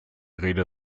rede